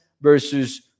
versus